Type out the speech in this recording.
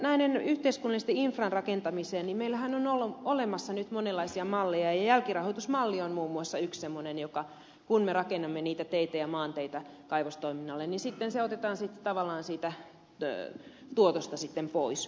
tähän yhteiskunnallisen infran rakentamiseen niin meillähän on olemassa nyt monenlaisia malleja ja jälkirahoitusmalli on muun muassa yksi semmoinen kun me rakennamme niitä teitä ja maanteitä kaivostoiminnalle niin sitten se otetaan tavallaan siitä tuotosta sitten pois